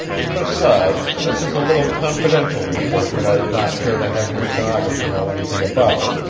besides, this is a little confidential report that i would not care to have your stenographer know anything about.